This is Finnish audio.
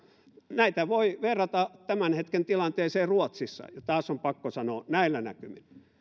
näitä voi verrata tämän hetken tilanteeseen ruotsissa ja taas on pakko sanoa näillä näkymin